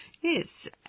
Yes